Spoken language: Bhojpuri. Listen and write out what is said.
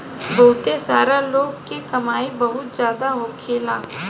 बहुते सारा लोग के कमाई बहुत जादा होखेला